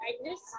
Kindness